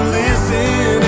listen